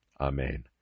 Amen